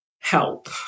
help